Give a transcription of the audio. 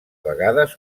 vegades